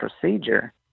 procedure